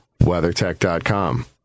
WeatherTech.com